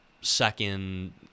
second